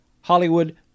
Hollywood